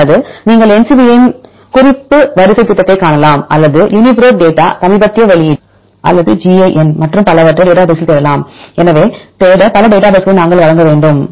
அல்லது நீங்கள் NCBI யின் குறிப்பு வரிசை திட்டத்தைக் காணலாம் அல்லது யூனிபிரோட் டேட்டா சமீபத்திய வெளியீடு அல்லது யூனிபிரோட் டேட்டா பேசில் உள்ள எந்த டேட்டாவை யும் பயன்படுத்தலாம்